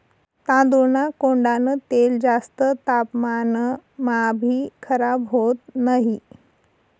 तांदूळना कोंडान तेल जास्त तापमानमाभी खराब होत नही